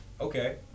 okay